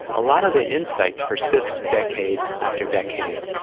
a lot of the insights persist decade after decade,